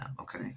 okay